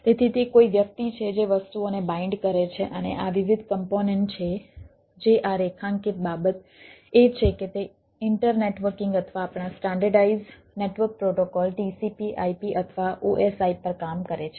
તેથી તે કોઈ વ્યક્તિ છે જે વસ્તુઓને બાઈન્ડ કરે છે અને આ વિવિધ કમ્પોનેન્ટ છે જે આ રેખાંકિત બાબત એ છે કે તે ઇન્ટરનેટવર્કિંગ અથવા આપણા standardised network protocol TCP IP અથવા OSI પર કામ કરે છે